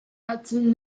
ahcun